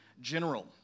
general